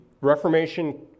Reformation